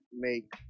make